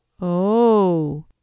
Oh